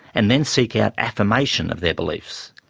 and then seek out affirmation of their beliefs,